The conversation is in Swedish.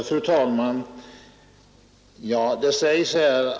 Fru talman!